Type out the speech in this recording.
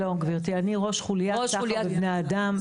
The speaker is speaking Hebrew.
לא, גבירתי אני ראש חוליית סחר בבני אדם.